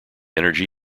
energy